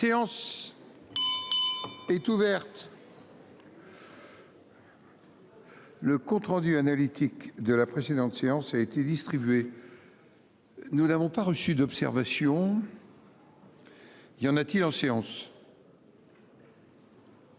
Séance. Est ouverte. Le compte rendu analytique de la précédente séance a été distribué. Nous n'avons pas reçu d'observation. Il y en a-t-il en séance.